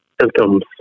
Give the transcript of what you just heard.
symptoms